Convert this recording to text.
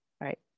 Right